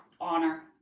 honor